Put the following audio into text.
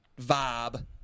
vibe